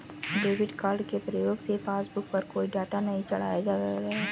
debit card के प्रयोग से पासबुक पर कोई डाटा नहीं चढ़ाया गया है